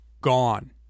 gone